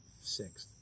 sixth